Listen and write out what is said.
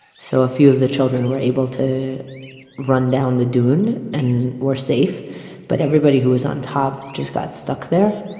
so a few of the children were able to run down the dune and were safe but everybody who was on top just got stuck there.